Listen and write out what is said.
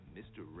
mr